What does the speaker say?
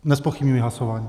Nezpochybňuji hlasování.